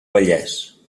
vallès